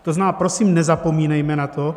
To znamená, prosím, nezapomínejme na to.